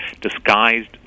disguised